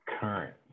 current